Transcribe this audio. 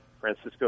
Francisco